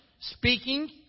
speaking